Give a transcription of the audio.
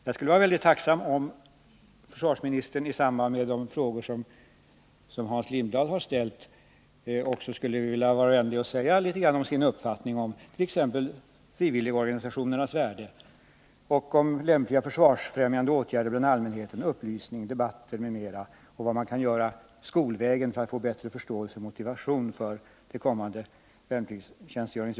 Jag skulle vara mycket tacksam om försvarsministern, i samband med besvarandet av de frågor som Hans Lindblad har ställt, också skulle vilja vara vänlig och säga något om sin uppfattning rörande frivilligorganisationerrras värde och om lämpliga försvarsfrämjande åtgärder bland allmänheten — upplysning, debatter m.m. — och om vad man kan göra skolvägen för att få bättre förståelse och motivation för den kommande värnpliktstjänstgöringen.